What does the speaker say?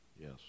Yes